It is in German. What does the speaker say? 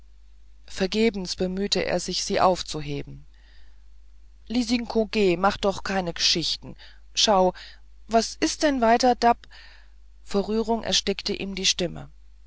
vergebens bemühte er sich sie aufzuheben lisinko geh mach doch keine gschichten schau was is denn weiter dab vor rührung erstickte ihm die stimme